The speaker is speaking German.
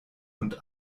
und